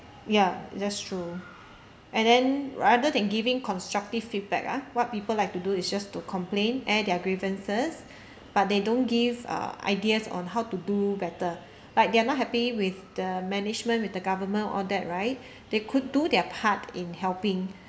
ya that's true and then rather than giving constructive feedback ah what people like to do is just to complain air their grievances but they don't give uh ideas on how to do better like they are not happy with the management with the government all that right they could do their part in helping